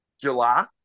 july